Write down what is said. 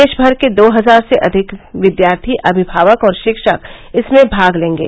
देशभर के दो हजार से अधिक विद्यार्थी अभिभावक और शिक्षक इसमें भाग लेंगे